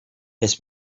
his